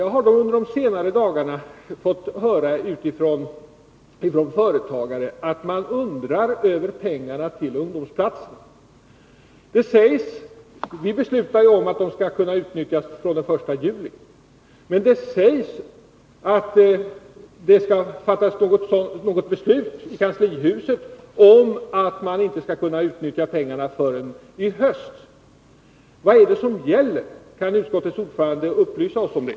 Jag har under de senare dagarna fått höra ifrån företagare att man undrar över pengarna till ungdomsplatserna. Vi beslutar om att de skall kunna utnyttjas från den 1 juli, men det sägs att det skall fattas något beslut i kanslihuset om att man inte skall kunna utnyttja pengarna förrän till hösten. Vad är det som gäller? Kan utskottets ordförande upplysa oss om det?